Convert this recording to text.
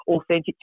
authentic